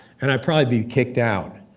and i'd probably be kicked out.